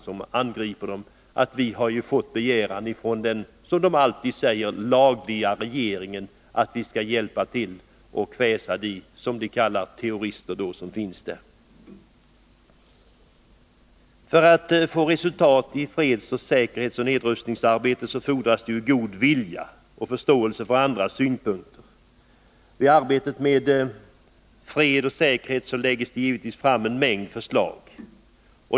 Sedan förklarar den angripande stormakten att man från den — som de alltid uttrycker det — lagliga regeringen har fått en vädjan om hjälp för att kväsa de s.k. terroristerna. För att nå resultat i freds-, säkerhetsoch nedrustningsarbetet fordras det god vilja och förståelse för andras synpunkter. Vid arbetet för fred och säkerhet läggs det givetvis fram en mängd förslag.